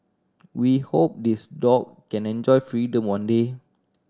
we hope this dog can enjoy freedom one day